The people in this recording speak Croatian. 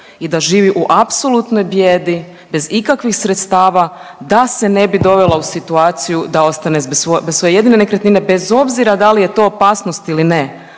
i da živi u apsolutnoj bijedi bez ikakvih sredstava da se ne bi dovela u situaciju da ostane bez svoje jedine nekretnine bez obzira da li je to opasnost ili ne,